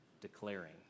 declaring